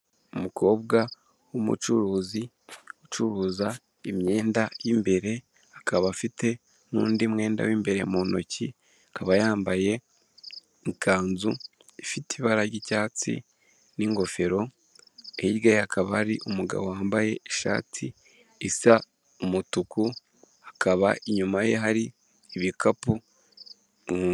Umukobwa w'umucuruzi, ucuruza imyenda y'imbere, akaba afite n'undi mwenda w'imbere mu ntoki, akaba yambaye ikanzu ifite ibara ry'icyatsi n'ingofero, hirya ye hakaba hari umugabo wambaye ishati isa umutuku, hakaba inyuma ye hari ibikapu